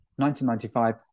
1995